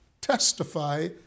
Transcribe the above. testify